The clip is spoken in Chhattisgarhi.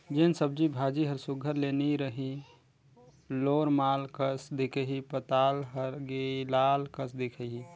जेन सब्जी भाजी हर सुग्घर ले नी रही लोरमाल कस दिखही पताल हर गिलाल कस दिखही